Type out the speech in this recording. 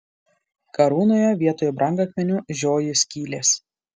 karūnoje vietoj brangakmenių žioji skylės